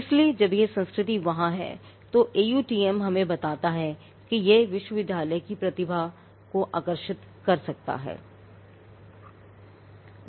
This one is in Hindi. इसलिए जब यह संस्कृति वहां है तो AUTM हमें बताता है कि यह विश्वविद्यालय की बेहतर प्रतिभा को आकर्षित कर सकता है